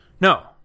No